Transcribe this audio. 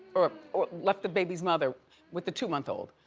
or or left the baby's mother with the two month old.